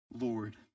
Lord